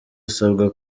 asabwa